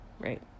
right